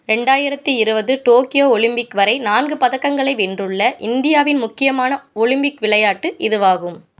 ரெண்டாயிரத்தி இருபது Tokyo Olympic வரை நான்கு பதக்கங்களை வென்றுள்ள இந்தியாவின் முக்கியமான ஒலிம்பிக் விளையாட்டு இதுவாகும்